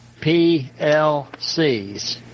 PLCs